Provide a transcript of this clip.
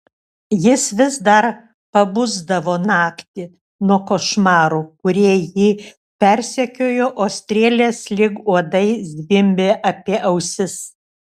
jis vis dar pabusdavo naktį nuo košmarų kurie jį persekiojo o strėlės lyg uodai zvimbė apie ausis